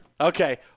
Okay